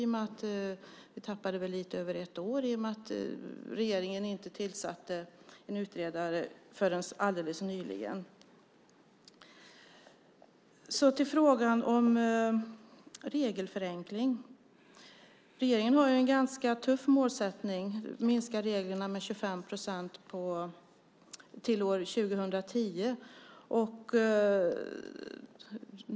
Man tappade lite över ett år i och med att regeringen inte tillsatte en utredare förrän alldeles nyligen. Så till frågan om regelförenkling. Regeringen har ett ganska tufft mål, nämligen att minska reglerna med 25 procent till år 2010.